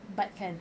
but can't